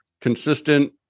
consistent